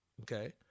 Okay